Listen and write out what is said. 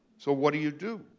so what do you do?